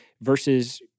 versus